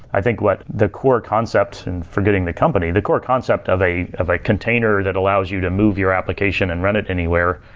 i think what the core concept and forgetting the company, the core concept of a of a container that allows you to move your application and run it anywhere.